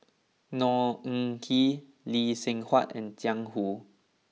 Khor Ean Ghee Lee Seng Huat and Jiang Hu